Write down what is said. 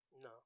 No